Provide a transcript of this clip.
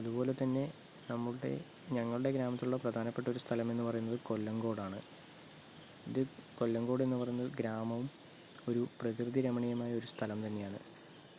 അതുപോലെ തന്നെ നമ്മുടെ ഞങ്ങളുടെ ഗ്രാമത്തിലുള്ള പ്രധാനപ്പെട്ട ഒരു സ്ഥലം എന്നു പറയുന്നത് കൊല്ലങ്കോടാണ് ഇത് കൊല്ലങ്കോട് എന്ന് പറയുന്ന ഗ്രാമം ഒരു പ്രകൃതി രമണീയമായ ഒരു സ്ഥലം തന്നെയാണ്